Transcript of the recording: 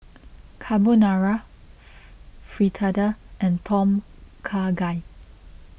Carbonara Fritada and Tom Kha Gai